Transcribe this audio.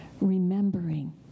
remembering